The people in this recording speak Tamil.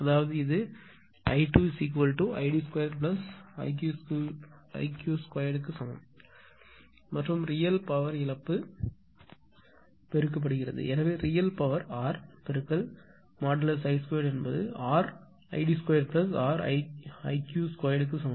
அதாவது இது I2 id2iq2 க்கு சமம் மற்றும் ரியல் பவர் இழப்பு பெருக்கப்படுகிறது எனவே ரியல் பவர் r பெருக்கல் I2 என்பது rid2riq2 க்கு சமம்